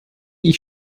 ich